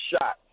shot